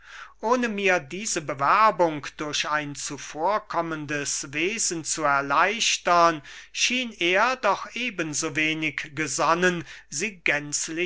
ohne mir diese bewerbung durch ein zuvorkommendes wesen zu erleichtern schien er doch eben so wenig gesonnen sie